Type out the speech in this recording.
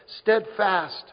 steadfast